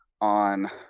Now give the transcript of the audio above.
on